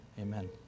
amen